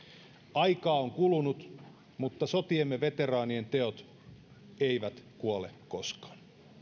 aikaa on kulunut mutta sotiemme veteraanien teot eivät kuole koskaan